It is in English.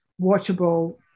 watchable